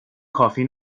کافی